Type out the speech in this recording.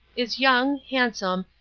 is young, handsome,